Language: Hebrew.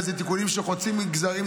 ואלה תיקונים שחוצים מגזרים,